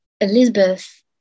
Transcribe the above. elizabeth